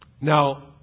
Now